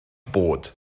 bod